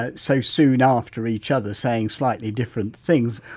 ah so soon after each other saying slightly different things,